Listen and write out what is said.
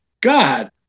god